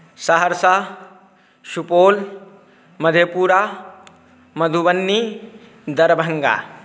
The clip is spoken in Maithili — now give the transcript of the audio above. सहरसा सुपौल मधेपुरा मधुबनी दरभङ्गा